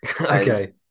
Okay